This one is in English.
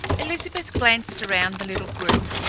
elizabeth glanced around the little group.